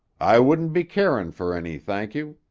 i wouldn't be carin' fer any, thank you,